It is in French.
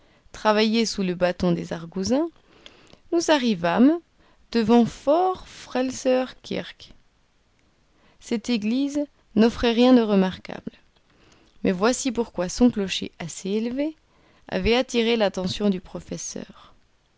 travaillaient sous le bâton des argousins nous arrivâmes devant vor frelsers kirk cette église n'offrait rien de remarquable mais voici pourquoi son clocher assez élevé avait attiré l'attention du professeur